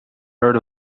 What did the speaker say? heard